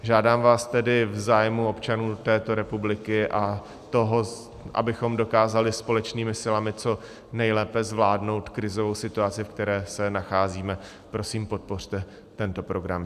Žádám vás tedy v zájmu občanů této republiky a toho, abychom dokázali společnými silami co nejlépe zvládnout krizovou situaci, ve které se nacházíme, prosím podpořte tento program.